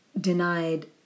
denied